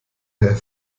der